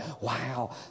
Wow